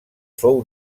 fou